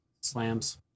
Slams